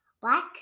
black